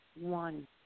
one